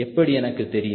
எப்படி எனக்கு தெரியும்